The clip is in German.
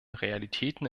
realitäten